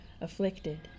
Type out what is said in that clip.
afflicted